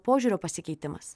požiūrio pasikeitimas